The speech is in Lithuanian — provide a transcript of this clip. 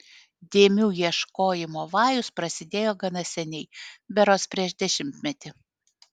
dėmių ieškojimo vajus prasidėjo gana seniai berods prieš dešimtmetį